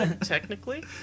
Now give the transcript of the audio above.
Technically